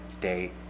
day